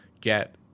get